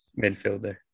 midfielder